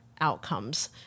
outcomes